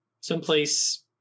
Someplace